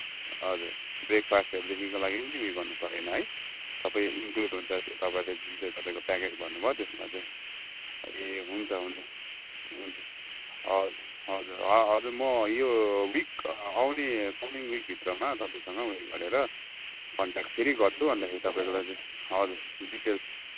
हजुर ब्रेकफास्टहरू देखिको लागि उयो गर्नु परेन है सबै इनक्लुड हुन्छ त्यो तपाईँको जुन चाहिँ प्याकेज भन्नुभयो त्यसमा चाहिँ ए हुन्छ हुन्छ हुन्छ हजुर हजुर ह हजुर म यो विक आउने कमिङ विकभित्रमा तपाईँसँग उयो गरेर कन्ट्याक्ट फेरि गर्छु अन्त तपाँईको लागि चाहिँ हजुर डिटेल्स